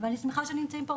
ואני שמחה שנמצאים פה,